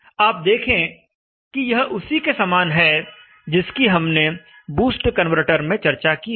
आप देखें कि यह उसी के समान है जिसकी हमने बूस्ट कन्वर्टर में चर्चा की थी